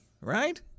right